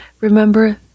remember